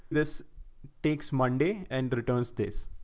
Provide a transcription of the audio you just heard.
this takes monday and but returns this.